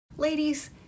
Ladies